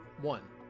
One